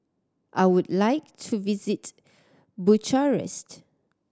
I would like to visit Bucharest